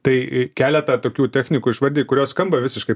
tai keletą tokių technikų išvardijai kurios skamba visiškai